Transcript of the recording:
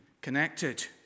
connected